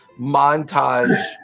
montage